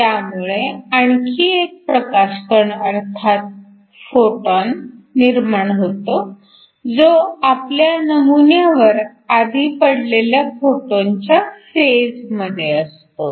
त्यामुळे आणखी एक प्रकाश कण अर्थात फोटॉन निर्माण होतो जो आपल्या नमुन्यावर आधी पडलेल्या फोटॉनच्या फेजमध्ये असतो